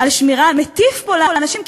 מטיף פה לאנשים,